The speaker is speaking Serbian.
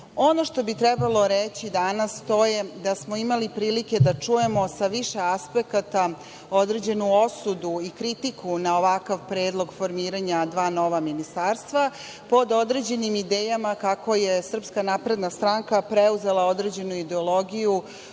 što bi trebalo reći danas to je da smo imali prilike da čujemo sa više aspekata određenu osudu i kritiku na ovakav predlog formiranja dva nova ministarstva. Pod određenim idejama kako je SNS preuzela određenu ideologiju